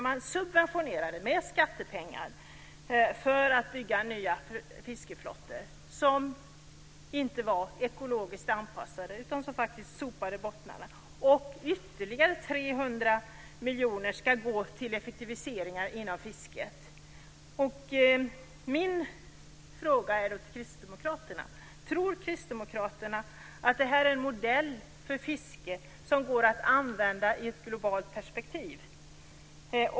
Man subventionerade i stället med skattepengar för att bygga nya fiskeflottor som inte var ekologiskt anpassade utan som faktiskt sopade bottnarna. Ytterligare 300 miljoner ska dessutom gå till effektiviseringar inom fisket. Min fråga till Kristdemokraterna är då: Tror Kristdemokraterna att det här är en modell för fiske som går att använda i ett globalt perspektiv?